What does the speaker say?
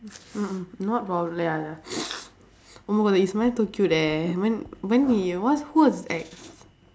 not oh my god his smile too cute eh when when he what's who was his ex